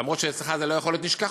אף שאצלך זה לא יכול להיות נשכחות,